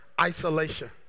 isolation